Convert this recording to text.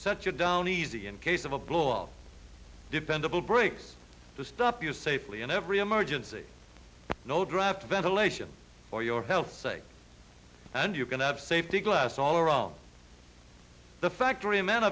set you down easy in case of a blog dependable break to stop you safely in every emergency no draft ventilation for your health sake and you're going to have safety glass all around the factory man